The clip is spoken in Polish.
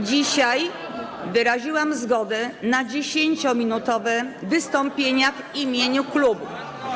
Dzisiaj wyraziłam zgodę na 10-minutowe wystąpienia w imieniu klubów.